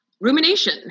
Rumination